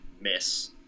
miss